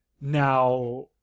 now